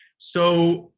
so,